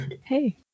Hey